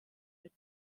mit